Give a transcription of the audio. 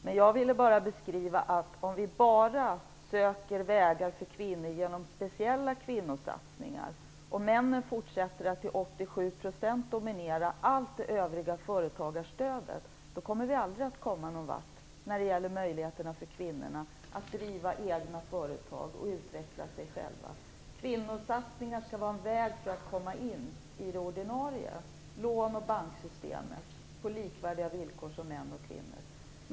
Vad jag ville beskriva är att om vi bara söker vägar för kvinnor genom speciella kvinnosatsningar och männen fortsätter att till 87 % dominera allt övrigt företagarstöd, kommer vi aldrig någon vart när det gäller kvinnors möjligheter att driva egna företag och utveckla sig själva. Kvinnosatsningar skall vara en väg för att komma in i ordinarie lån och banksystem, med likvärdiga villkor för män och kvinnor.